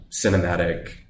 cinematic